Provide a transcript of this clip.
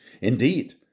Indeed